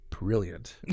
brilliant